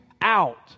out